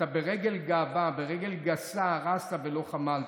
אתה ברגל גאווה, ברגל גסה, הרסת ולא חמלת.